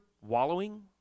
wallowing